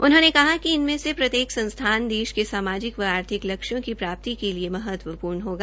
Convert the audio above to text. उन्होंने कहा कि इनमें से प्रत्येक संस्थान देश के सामाजिक व आर्थिक लक्ष्यों की प्राप्ति के लिए महत्वपूर्ण होगा